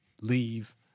leave